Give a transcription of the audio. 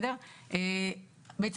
בעצם,